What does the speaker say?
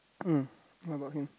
mm what about him